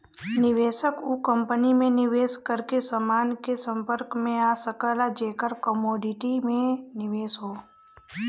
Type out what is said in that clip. निवेशक उ कंपनी में निवेश करके समान के संपर्क में आ सकला जेकर कमोडिटी में निवेश हौ